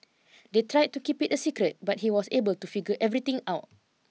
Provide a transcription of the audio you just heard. they tried to keep it a secret but he was able to figure everything out